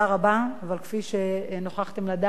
אבל כפי שנוכחתם לדעת,